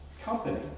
company